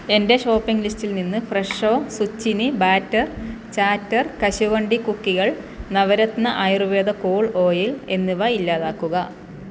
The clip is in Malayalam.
എന്റെ ഷോപ്പിംഗ് ലിസ്റ്റിൽ നിന്ന് ഫ്രെഷോ സുച്ചിനി ബാറ്റർ ചാറ്റർ കശുവണ്ടി കുക്കികൾ നവരത്ന ആയുർവേദ കൂൾ ഓയിൽ എന്നിവ ഇല്ലാതാക്കുക